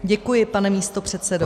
Děkuji, pane místopředsedo.